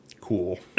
cool